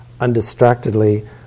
Undistractedly